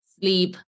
sleep